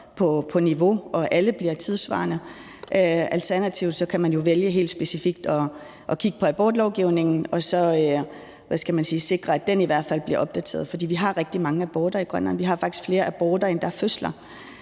på niveau, og at alle bliver tidssvarende. Alternativt kan man jo vælge helt specifikt at kigge på abortlovgivningen og så sikre, at den i hvert fald bliver opdateret. For vi har rigtig mange aborter i Grønland. Vi har faktisk flere aborter, end der er fødsler.